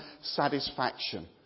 satisfaction